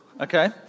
Okay